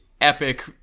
epic